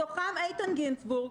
מתוכם איתן גינזבורג,